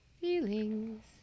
Feelings